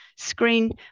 Screen